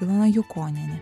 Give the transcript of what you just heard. ilona jukonienė